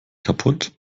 kaputt